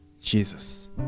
Jesus